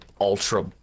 ultra